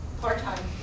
part-time